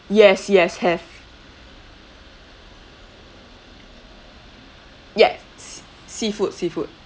yes yes have yes seafood seafood